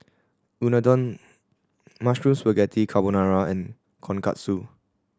Unadon Mushroom Spaghetti Carbonara and Tonkatsu